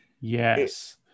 yes